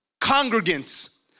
congregants